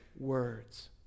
Words